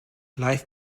life